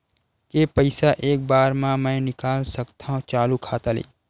के पईसा एक बार मा मैं निकाल सकथव चालू खाता ले?